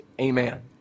amen